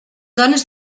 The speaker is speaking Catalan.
dones